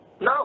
No